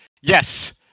Yes